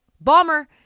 Bomber